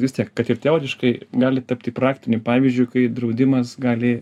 vis tiek kad ir teoriškai gali tapti praktiniu pavyzdžiu kai draudimas gali